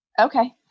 okay